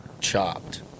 chopped